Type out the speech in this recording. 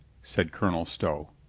said colonel stow.